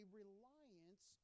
reliance